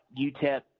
utep